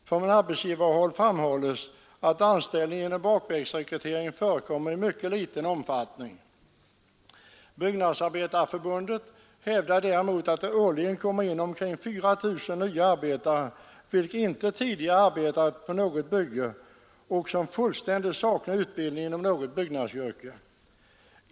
Från arbetsgivarhåll framhålles att anställning genom bakvägsrekrytering förekommer i mycket liten omfattning. Byggnadsarbetareförbundet hävdar däremot att det årligen kommer in omkring 4 000 nya arbetare vilka inte tidigare arbetat på något bygge och fullständigt saknar utbildning inom något byggnadsyrke.